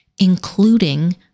including